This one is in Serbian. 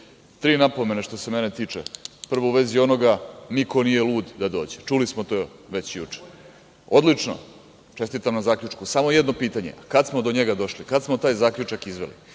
Tri napomene, što se mene tiče. Prvo, u vezi onoga - niko nije lud da dođe, čuli smo to već juče. Odlično, čestitam na zaključku. Samo jedno pitanje - a kad smo do njega došli, kad smo taj zaključak izveli?